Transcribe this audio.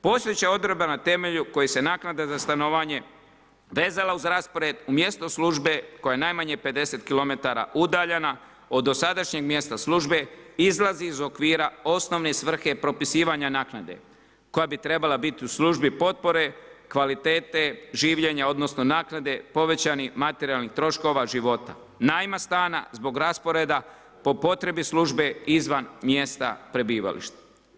Postojeća odredba na temelju koje se naknada za stanovanje vezala uz raspored u mjesto službe koje je najmanje 50km udaljena od dosadašnjeg mjesta službe izlazi iz okvira osnovne svrhe propisivanja naknade koja bi trebala biti u službi potpore, kvalitete življenja odnosno naknade povećanih materijalnih troškova života, najma stana zbog rasporeda po potrebi službe izvan mjesta prebivališta.